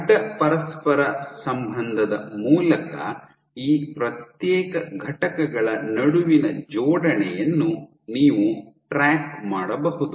ಅಡ್ಡ ಪರಸ್ಪರ ಸಂಬಂಧದ ಮೂಲಕ ಈ ಪ್ರತ್ಯೇಕ ಘಟಕಗಳ ನಡುವಿನ ಜೋಡಣೆಯನ್ನು ನೀವು ಟ್ರ್ಯಾಕ್ ಮಾಡಬಹುದು